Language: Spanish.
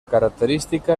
característica